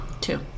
Two